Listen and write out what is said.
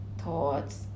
thoughts